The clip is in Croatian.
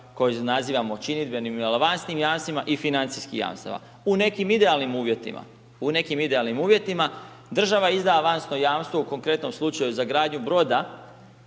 kojeg nazivamo činidbenim ili avansnim jamstvima i financijskim jamstvima. U nekim idealnim uvjetima država izda avansno jamstvo u konkretnom slučaju za gradnju broda.